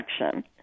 action